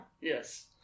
Yes